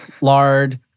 lard